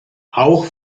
auch